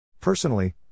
Personally